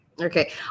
Okay